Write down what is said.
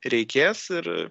reikės ir